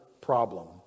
problem